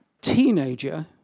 teenager